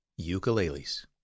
Ukuleles